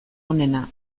onena